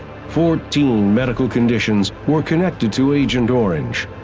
fourteen medical conditions were connected to agent orange,